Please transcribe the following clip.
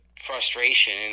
frustration